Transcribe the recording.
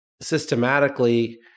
systematically